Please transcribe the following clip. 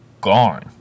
gone